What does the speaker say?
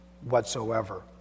whatsoever